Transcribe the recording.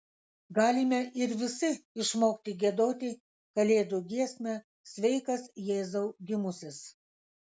galime ir visi išmokti giedoti kalėdų giesmę sveikas jėzau gimusis